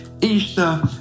Easter